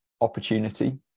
opportunity